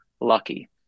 lucky